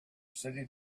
city